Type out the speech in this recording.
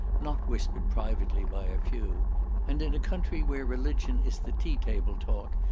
not whispered privately by a few and in a country where religion is the tea-table talk,